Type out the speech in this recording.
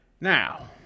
Now